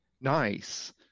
nice